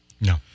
No